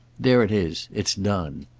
there it is it's done.